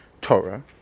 Torah